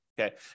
okay